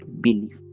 belief